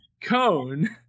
Cone